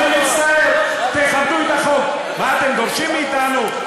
אני מצטער, תכבדו את החוק, מה אתם דורשים מאתנו?